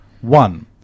one